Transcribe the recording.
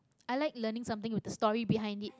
i like learning something with a story behind it